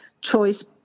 choice